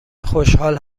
خوشحال